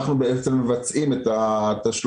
אנחנו בעצם מבצעים את התשלומים,